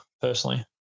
personally